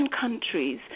countries